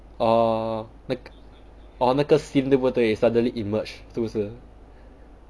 orh like orh 那个 scene 对不对 suddenly emerge 是不是